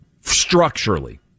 structurally